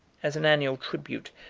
as an annual tribute,